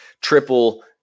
triple